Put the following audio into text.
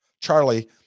Charlie